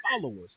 followers